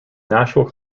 national